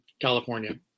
california